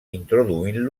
introduint